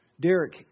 Derek